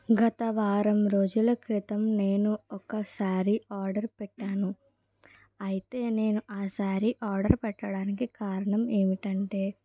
గత వారం రోజుల క్రితం నేను ఒక శారీ ఆర్డర్ పెట్టాను అయితే నేను ఆ శారీ ఆర్డర్ పెట్టడానికి కారణం ఏమిటంటే